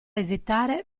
esitare